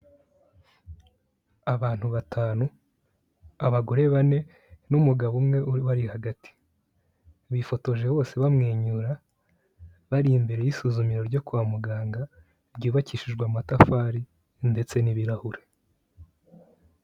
Abantu batanu, abagore bane n'umugabo umwe ubari hagati, bifotoje bose bamwenyura, bari imbere y'isuzumiro ryo kwa muganga ryubakishijwe amatafari ndetse n'ibirahure.